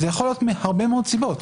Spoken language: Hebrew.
זה יכול להיות מהרבה מאוד סיבות.